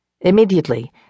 Immediately